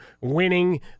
winning